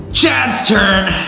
chad's turn.